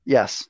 Yes